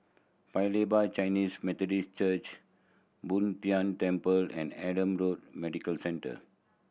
Paya Lebar Chinese Methodist Church Boon Tien Temple and Adam Road Medical Centre